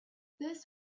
this